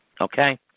Okay